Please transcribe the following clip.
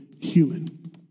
human